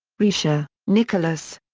rescher, nicholas.